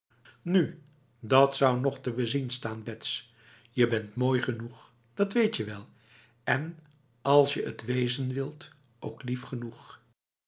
nu dat zou nog te bezien staan bets je bent mooi genoeg dat weetje wel en als je het wezen wilt ook lief genoeg